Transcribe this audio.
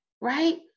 right